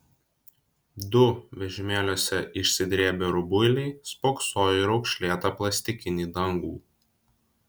du vežimėliuose išsidrėbę rubuiliai spoksojo į raukšlėtą plastikinį dangų